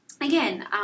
again